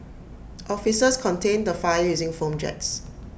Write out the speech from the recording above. officers contained the fire using foam jets